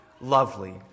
lovely